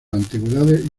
antigüedades